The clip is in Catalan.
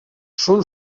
són